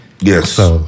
Yes